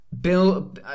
Bill